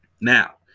Now